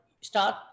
start